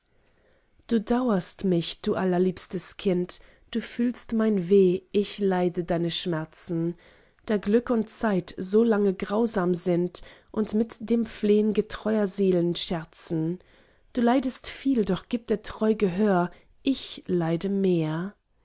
du daurest mich du allerliebstes kind du fühlst mein weh ich leide deine schmerzen da glück und zeit solange grausam sind und mit dem flehn getreuer seelen scherzen du leidest viel doch gib der treu gehör ich leide mehr